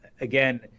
again